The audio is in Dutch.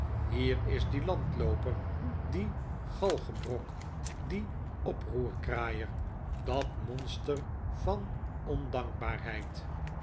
hier is die landlooper die galgebrok die oproerkraaier dat monster van ondankbaarheid